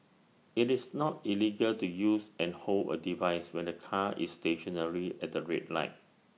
IT is not illegal to use and hold A device when the car is stationary at the red light